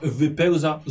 wypełza